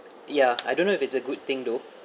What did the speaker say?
ya I don't know if it's a good thing though